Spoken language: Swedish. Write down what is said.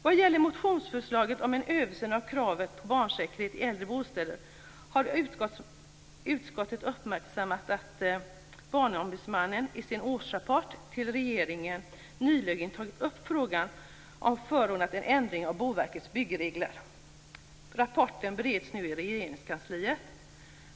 Vad gäller motionsförslaget om en översyn av kraven på barnsäkerhet i äldre bostäder har utskottet uppmärksammat att Barnombudsmannen i sin årsrapport till regeringen nyligen tagit upp frågan och förordat en ändring av Boverkets byggregler. Rapporten bereds nu i Regeringskansliet.